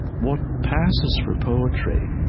what passes for poetry